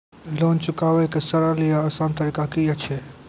Loan चुकाबै के सरल या आसान तरीका की अछि?